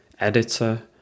editor